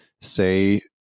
say